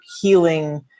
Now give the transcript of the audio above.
healing